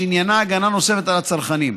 שעניינה הגנה נוספת על הצרכנים.